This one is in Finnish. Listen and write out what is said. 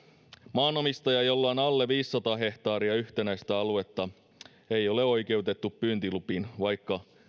maanomistaja jolla on alle viisisataa hehtaaria yhtenäistä aluetta ei ole oikeutettu pyyntilupiin vaikka